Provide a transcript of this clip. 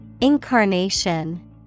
Incarnation